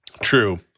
True